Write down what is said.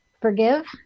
Forgive